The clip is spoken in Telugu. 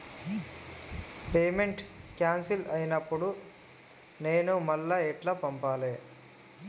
పేమెంట్ క్యాన్సిల్ అయినపుడు నేను మళ్ళా ఎట్ల పంపాలే?